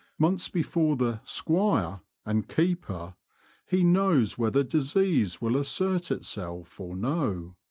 months before the squire and keeper he knows whether disease will assert itself or no.